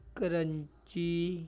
crunchy